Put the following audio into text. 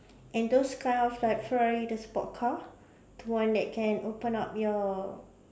and those kind of like Ferrari the sport car the one that can open up your